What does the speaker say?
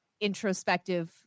introspective